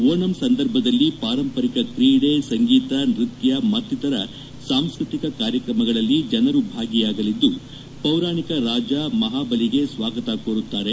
ಓಣಂ ಸಂದರ್ಭದಲ್ಲಿ ಪಾರಂಪರಿಕ ಕ್ರೀಡೆ ಸಂಗೀತ ನೃತ್ಯ ಮತ್ತಿತರ ಸಾಂಸ್ಟತಿಕ ಕಾರ್ಯಕ್ರಮಗಳಲ್ಲಿ ಜನರು ಭಾಗಿಯಾಗಲಿದ್ದು ಪೌರಾಣಿಕ ರಾಜ ಮಹಾಬಲಿಗೆ ಸ್ವಾಗತ ಕೋರುತ್ತಾರೆ